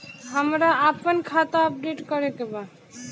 हमरा आपन खाता अपडेट करे के बा